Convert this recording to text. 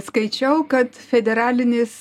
skaičiau kad federalinis